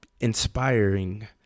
inspiring